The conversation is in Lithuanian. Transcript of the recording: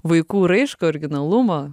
vaikų raišką originalumą